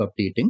updating